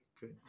Good